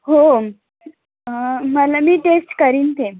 हो मला मी टेस्ट करीन ते